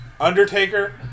Undertaker